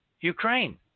Ukraine